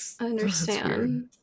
understand